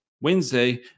wednesday